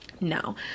no